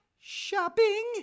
shopping